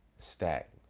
Stack